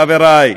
חבריי,